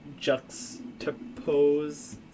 juxtapose